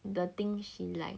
the thing she like